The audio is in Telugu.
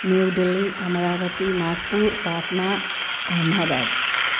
న్యూ ఢిల్లీ అమరావతి నాగపూర్ పాట్నా అహ్మదాబాద్